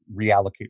reallocate